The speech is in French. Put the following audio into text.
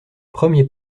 premier